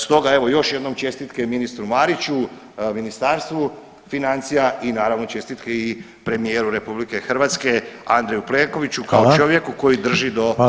Stoga evo još jednom čestitke ministru Mariću, Ministarstvu financija i naravno čestitke i premijeru RH Andreju Plenkoviću kao čovjeku koji drži do svojih obećanja.